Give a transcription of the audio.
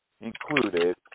included